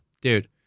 dude